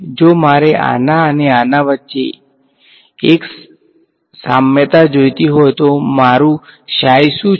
જો મારે આના અને આના વચ્ચે એક થી એક સામ્યતા જોઈતીહોય તો મારું psi શું છે